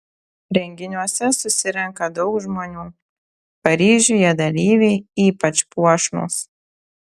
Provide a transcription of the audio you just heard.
renginiuose susirenka daug žmonių paryžiuje dalyviai ypač puošnūs